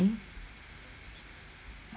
!wah! sian